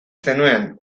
zenuen